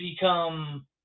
become